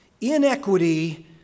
Inequity